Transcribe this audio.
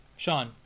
Sean